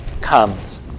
comes